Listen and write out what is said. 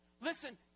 Listen